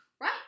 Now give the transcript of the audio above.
Right